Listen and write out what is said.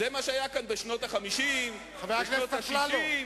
זה מה שהיה כאן בשנות ה-50, בשנות ה-60,